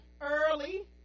early